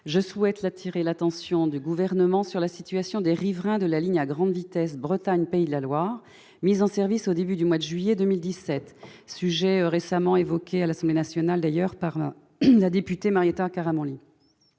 je souhaite attirer l'attention du Gouvernement sur la situation des riverains de la ligne à grande vitesse Bretagne-Pays-de-la-Loire, mise en service au début du mois de juillet 2017, sujet récemment évoqué à l'Assemblée nationale par la députée Marietta Karamanli.